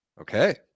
okay